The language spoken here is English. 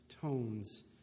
tones